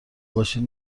باشید